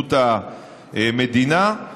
פרקליטות המדינה.